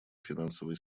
финансовой